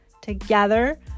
Together